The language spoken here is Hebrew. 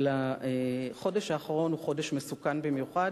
אבל החודש האחרון הוא חודש מסוכן במיוחד.